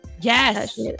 Yes